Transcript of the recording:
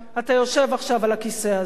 אתה יושב עכשיו על הכיסא הזה.